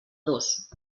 dos